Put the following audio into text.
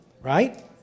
Right